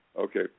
Okay